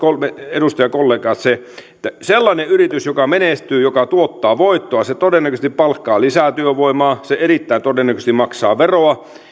edustajakollegat se että sellainen yritys joka menestyy ja joka tuottaa voittoa todennäköisesti palkkaa lisätyövoimaa erittäin todennäköisesti maksaa veroa